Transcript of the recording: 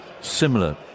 similar